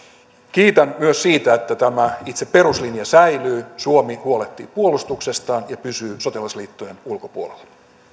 kiitän myös siitä että tämä itse peruslinja säilyy suomi huolehtii puolustuksestaan ja pysyy sotilasliittojen ulkopuolella